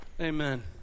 amen